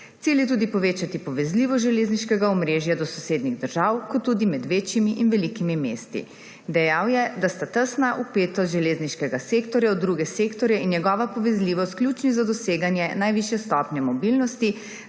Cilj je tudi povečati povezljivost železniškega omrežja do sosednjih držav kot tudi med večjimi in velikimi mesti. Dejal je, da sta tesna vpetost železniškega sektorja v druge sektorje in njegova povezljivost ključni za doseganje najvišje stopnje mobilnosti;